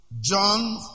John